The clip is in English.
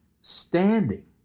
standing